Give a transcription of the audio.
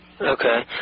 Okay